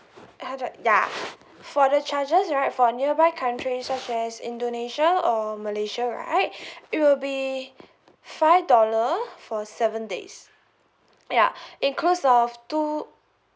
a hundred ya for the charges right for nearby country such as indonesia or malaysia right it will be five dollar for seven days ya includes of two